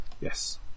Yes